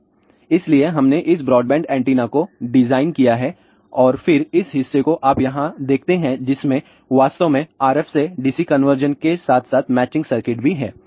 इसलिए हमने इस ब्रॉडबैंड एंटीना को डिजाइन किया और फिर इस हिस्से को आप यहां देखते हैं जिसमें वास्तव में RF से DC कन्वर्जन के साथ साथ मैचिंग सर्किट भी है